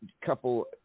couple